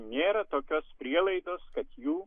nėra tokios prielaidos kad jų